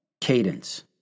Cadence